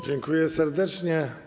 Dziękuję serdecznie.